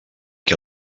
qui